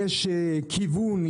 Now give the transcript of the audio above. יש כיוון,